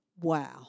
Wow